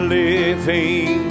living